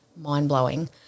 mind-blowing